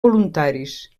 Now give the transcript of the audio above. voluntaris